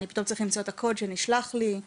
אני צריך למצוא את הקוד שנשלח לי,